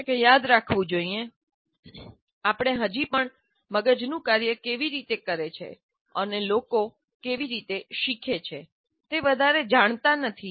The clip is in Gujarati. શિક્ષકે યાદ રાખવું જોઈએ આપણે હજી પણ મગજનું કાર્ય કેવી રીતે કરે છે અને લોકો કેવી રીતે શીખે છે તે વધારે જાણતા નથી